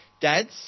dads